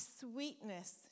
sweetness